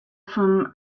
from